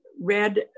read